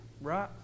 right